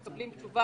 "מגע קרוב עם חולה"